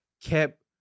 Kept